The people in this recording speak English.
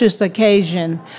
occasion